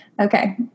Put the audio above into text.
Okay